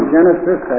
Genesis